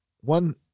one